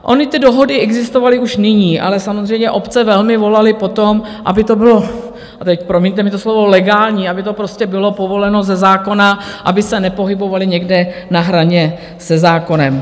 Ony ty dohody existovaly už nyní, ale samozřejmě obce velmi volaly po tom, aby to bylo a teď, promiňte mi to slovo legální, aby to bylo povoleno ze zákona, aby se nepohybovaly někde na hraně se zákonem.